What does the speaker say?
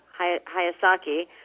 Hayasaki